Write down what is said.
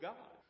God